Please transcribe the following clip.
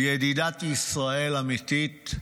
ידידת ישראל האמיתית,